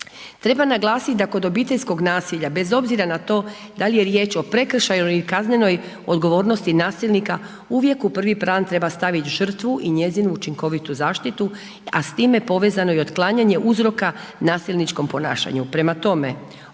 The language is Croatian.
Treba naglasit da kod obiteljskog nasilja bez obzira na to dal je riječ o prekršaju ili kaznenoj odgovornosti nasilnika, uvijek u prvi plan treba stavit žrtvu i njezinu učinkovitu zaštitu, a s time povezano i otklanjanje uzroka nasilničkom ponašanju. Prema tome,